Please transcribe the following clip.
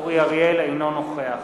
אינו נוכח